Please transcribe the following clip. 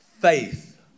faith